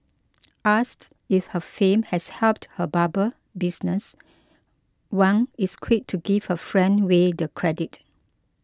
asked if her fame has helped her barber business Wang is quick to give her friend Way the credit